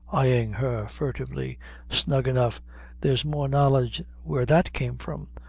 eying her furtively snug enough there's more knowledge where that came from.